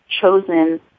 chosen